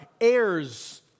heirs